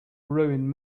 ruin